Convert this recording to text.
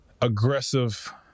aggressive